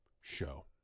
show